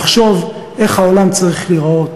לחשוב איך העולם צריך להיראות